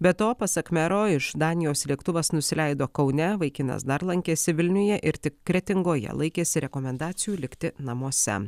be to pasak mero iš danijos lėktuvas nusileido kaune vaikinas dar lankėsi vilniuje ir tik kretingoje laikėsi rekomendacijų likti namuose